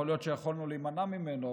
יכול להיות שיכולנו להימנע ממנו,